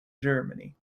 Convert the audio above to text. germany